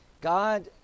god